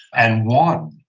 and won.